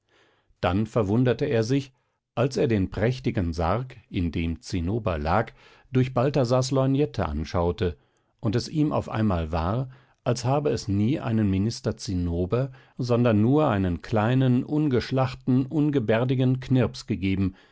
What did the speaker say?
dann verwunderte er sich als er den prächtigen sarg in dem zinnober lag durch balthasars lorgnette anschaute und es ihm auf einmal war als habe es nie einen minister zinnober sondern nur einen kleinen ungeschlachten ungebärdigen knirps gegeben